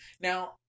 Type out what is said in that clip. Now